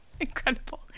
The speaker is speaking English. Incredible